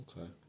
Okay